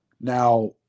Now